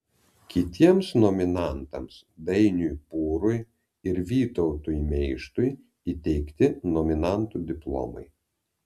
kitiems nominantams dainiui pūrui ir vytautui meištui įteikti nominantų diplomai